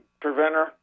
preventer